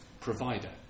provider